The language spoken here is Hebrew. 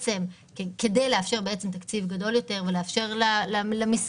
כדי לאפשר בעצם תקציב גדול יותר ולאפשר למשרדים